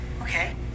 okay